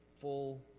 full